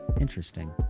Interesting